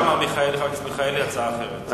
אדוני השר, אני אציע הצעה אחרת.